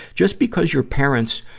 just because your parents,